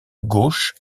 gauche